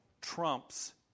trumps